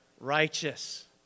righteous